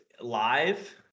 live